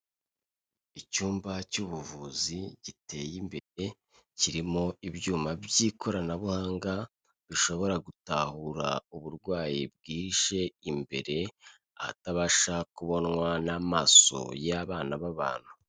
Icyumba cy'ubuvuzi giteye imbere, kirimo ibyuma by'ikoranabuhanga, bishobora gutahura uburwayi bwihishe imbere, ahatabasha kubonwa n'amaso y'abana b'abantu.